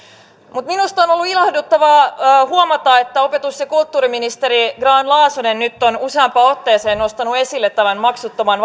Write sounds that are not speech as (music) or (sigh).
minusta on ollut ilahduttavaa huomata että opetus ja kulttuuriministeri grahn laasonen nyt on useampaan otteeseen nostanut esille tämän maksuttoman (unintelligible)